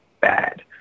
bad